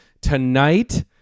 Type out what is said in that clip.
Tonight